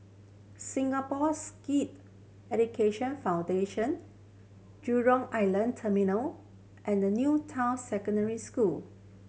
Singapores Sikh Education Foundation Jurong Island Terminal and New Town Secondary School